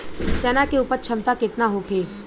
चना के उपज क्षमता केतना होखे?